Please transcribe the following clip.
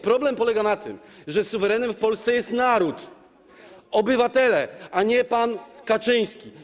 Problem polega na tym, że suwerenem w Polsce jest naród, obywatele, a nie pan Kaczyński.